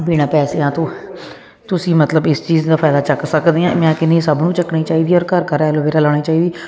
ਬਿਨਾਂ ਪੈਸਿਆਂ ਤੋਂ ਨਾ ਤੁਸੀਂ ਮਤਲਬ ਇਸ ਚੀਜ਼ ਦਾ ਫਾਇਦਾ ਚੱਕ ਸਕਦੇ ਆ ਮੈਂ ਕਹਿੰਨੀ ਸਭ ਨੂੰ ਚੱਕਣੀ ਚਾਹੀਦੀ ਆ ਔਰ ਘਰ ਘਰ ਐਲੋਵੇਰਾ ਲਾਉਣੀ ਚਾਹੀਦੀ